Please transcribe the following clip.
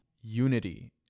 unity